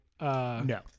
No